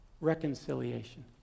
Reconciliation